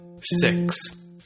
six